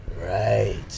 Right